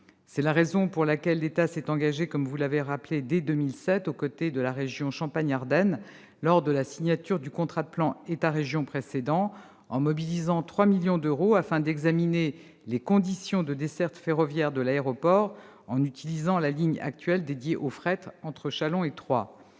C'est la raison pour laquelle l'État s'est engagé, vous l'avez rappelé, dès 2007 au côté de la région Champagne-Ardenne, lors de la signature du contrat de plan État-région précédent, en mobilisant 3 millions d'euros afin d'examiner les conditions de desserte ferroviaire de l'aéroport, en utilisant la ligne actuelle dédiée au fret entre Châlons-en-Champagne